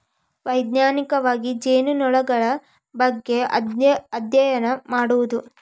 ವೈಜ್ಞಾನಿಕವಾಗಿ ಜೇನುನೊಣಗಳ ಬಗ್ಗೆ ಅದ್ಯಯನ ಮಾಡುದು